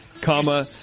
comma